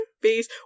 face